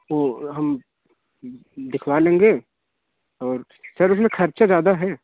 वो हम दिखवा लेंगे और सर उसमें खर्चा ज़्यादा है